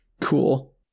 Cool